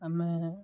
ଆମେ